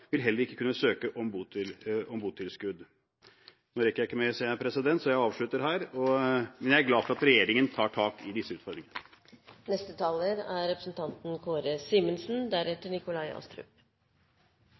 vil heller ikke kunne søke om botilskudd. Jeg rekker ikke mer, ser jeg, så jeg avslutter her. Jeg er glad for at regjeringen tar tak i disse utfordringene. Den løpende europapolitikken skal være et «lagarbeid», sa statsråden i sin redegjørelse for Stortinget. Det er